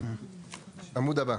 עמוד הבא.